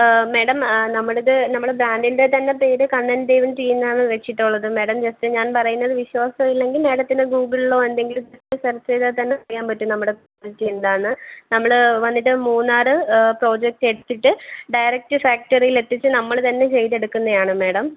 madam നമ്മുടേത് നമ്മുടെ ബ്രാൻ്റിൻ്റെ തന്നെ പേര് കണ്ണൻ ദേവൻ ടീയെന്നാണ് വച്ചിട്ടുള്ളത് മേഡം ജസ്റ്റ് ഞാൻ പറയുന്നത് വിശ്വാസമില്ലെങ്കിൽ മേഡത്തിന് ഗൂഗിളിലോ എന്തെങ്കിലും സെർച്ച് ചെയ്താൽ തന്നെ അറിയാൻ പറ്റും നമ്മുടെ ക്വാളിറ്റി എന്താണെന്ന് നമ്മൾ വന്നിട്ട് മൂന്നാർ പ്രൊജെക്ട് എടുത്തിട്ട് ഡയറെക്ട് ഫാക്ടറിയിലെത്തിച്ച് നമ്മൾ തന്നെ ചെയ്തെടുക്കുന്നതാണ് മേഡം